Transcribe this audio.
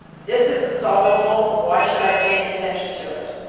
this isn't solvable, why should i pay any attention to it?